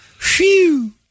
Phew